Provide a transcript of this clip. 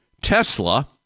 Tesla